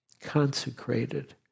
Consecrated